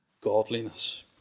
godliness